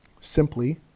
simply